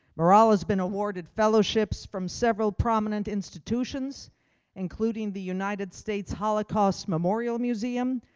maral has been awarded fellowships from several prominent institutions including the united states holocaust memorial museum,